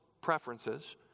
preferences